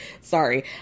sorry